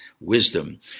wisdom